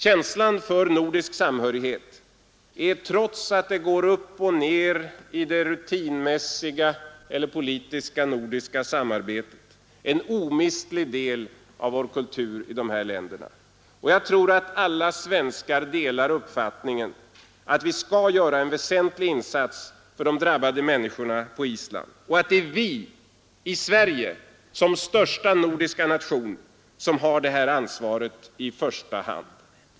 Känslan för nordisk samhörighet är, trots att det går upp och ner i det rutinmässiga eller politiska samarbetet i Norden, en omistlig del av vår kultur i de här länderna. Jag tror att alla svenskar delar uppfattningen att vi skall göra en väsentlig insats för de drabbade människorna på Island och att det är vi i Sverige — som den största nordiska nationen — som i första hand har detta ansvar.